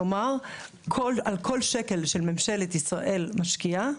כלומר, על כל שקל שממשלת ישראל משקיעה